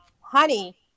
honey